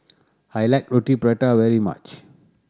I like Roti Prata very much